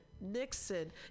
nixon